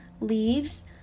leaves